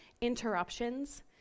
interruptions